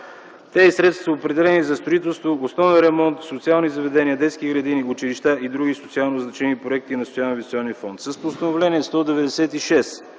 Тези средства са определени за строителство и основен ремонт в социални заведения, детски градини, училища и други социално значими проекти на Социалноинвестиционния фонд. С Постановление № 196